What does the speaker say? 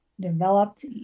developed